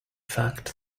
fact